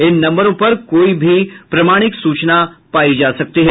इन नम्बरों पर कोई भी प्रामाणिक सूचना पायी जा सकती है